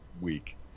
week